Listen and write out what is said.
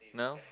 no